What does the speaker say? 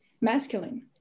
masculine